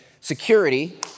security